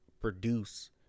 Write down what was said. Produce